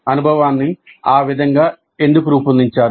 అనుభవాన్ని ఆ విధంగా ఎందుకు రూపొందించారు